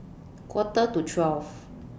Quarter to twelve